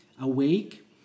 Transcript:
awake